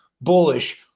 bullish